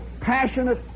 passionate